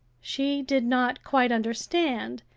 she did not quite understand,